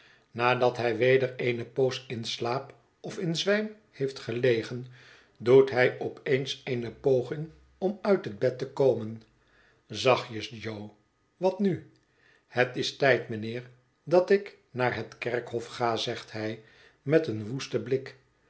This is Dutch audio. nadat hij weder eene poos in slaap of in zwijm heeft gelegen doet hij op eens eene poging om uit het bed te komen zachtjes jo wat nu het is tijd mijnheer dat ik naar dat kerkhof ga zegt hij met een woesten blik